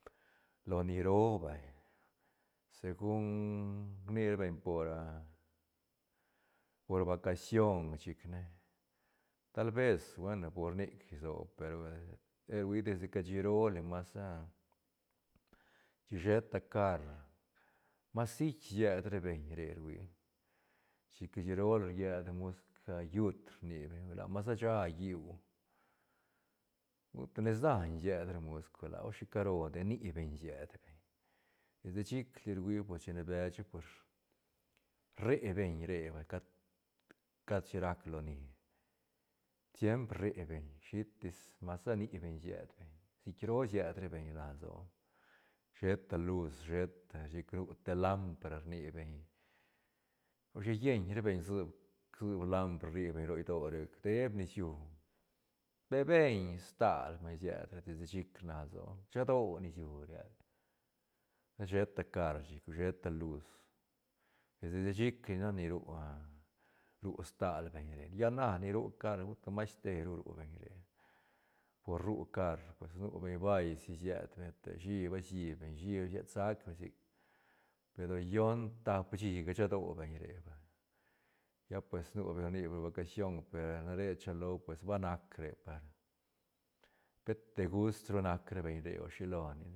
Loni roo vay segun rni ra beñ por por vacación chic ne tal ves buena por nic soib pe ru hui desde cashi rooli masa chin sheta car mas sit sied ra beñ re ruia chic cashi roli ried ra musc yutl rni beñ huila masa sha lliú uta nes daiñ sied ra musc huila os shicaro de ni beñ sied beñ desde chic li ruila desde becha pues rre beñ re vay cat- cat chin rac loni siempr rre beñ shitis ma sa ni beñ sied beñ sitroo sied ra beñ rna lsoa sheta luz sheta chic ru te lampara rni beñ ro shalleñ ra beñ sub- sub lampara rri beñ ro idoö rec deeb niciu pe beñ stal vay sied desde chic rna lsoa shado niciu sheta car chic sheta luz desde chic li nac ni ru ru stal beñ re, lla na ni ru car uta mas teru ru beñ re por ru car pues nu beñ bail si sied beñ shí vasie beñ shí va sied sag beñ sic pe de lo yoon tap shí shado beñ re vay, lla pues nu beñ rni beñ vacación per nare rchilo pues ba nac re par pet degust ru nac beñ re o shilo.